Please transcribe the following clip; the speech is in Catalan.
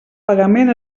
pagament